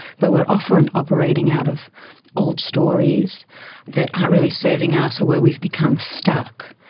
but we're often operating out of old stories that aren't really serving us, or where we've become stuck.